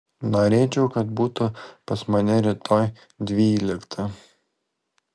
norėčiau kad būtų pas mane rytoj dvyliktą